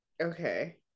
okay